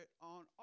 on